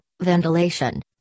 ventilation